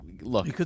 Look